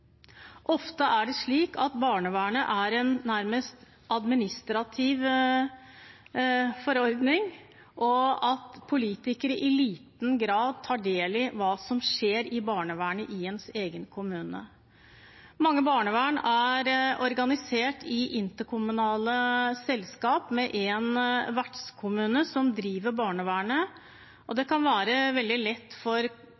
Ofte er det slik at barnevernet er en nærmest administrativ forordning, og at politikere i liten grad tar del i hva som skjer i barnevernet i ens egen kommune. Mange barnevern er organisert i interkommunale selskap med én vertskommune som driver barnevernet, og